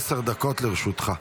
עשר דקות לרשותך.